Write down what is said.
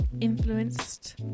influenced